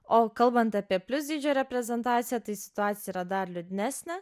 o kalbant apie plius dydžių reprezentaciją tai situacija yra dar liūdnesnė